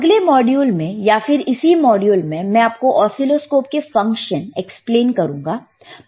अगले मॉड्यूल में या फिर इसी मॉड्यूल में मैं आपको ऑसीलोस्कोप के फंक्शन एक्सप्लेन करूंगा